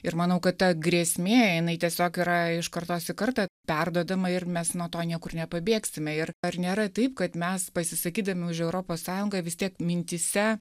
ir manau kad ta grėsmė jinai tiesiog yra iš kartos į kartą perduodama ir mes nuo to niekur nepabėgsime ir ar nėra taip kad mes pasisakydami už europos sąjungą vis tiek mintyse